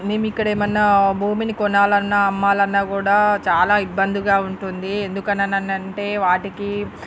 మేమిక్కడ ఏమన్నా భూమిని కొనాలన్నా అమ్మాలన్నా కూడా చాలా ఇబ్బందిగా ఉంటుంది ఎందుకని అంటే వాటికి